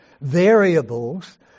variables